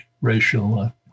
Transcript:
racial